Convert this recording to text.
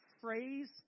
phrase